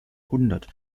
hundert